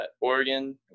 Oregon